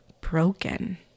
broken